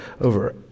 over